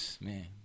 man